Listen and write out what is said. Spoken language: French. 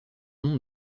nom